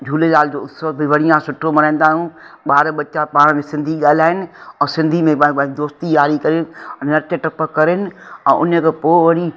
झूलेलाल जो उत्सव बि बढ़िया सुठो मल्हाईंदा आहियूं ॿार बच्चा पाण में सिंधी ॻाल्हाइनि ऐं सिंधी में पाण पाण दोस्ती यारी करे ऐं नच टप कनि ऐं उन खां पोइ वरी